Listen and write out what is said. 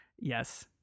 Yes